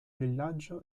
villaggio